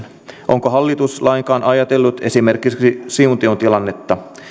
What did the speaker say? onko hallitus lainkaan ajatellut esimerkiksi siuntion tilannetta